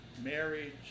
marriage